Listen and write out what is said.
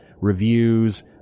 reviews